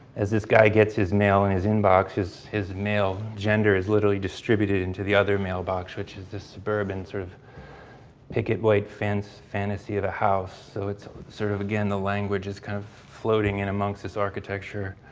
as this guy gets his mail in his inbox, his male gender is literally distributed into the other mailbox which is the suburban sort of picket white fence fantasy of a house. so, it's sort of again, the language is kind of floating in amongst this architecture.